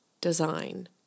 design